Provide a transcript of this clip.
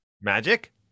Magic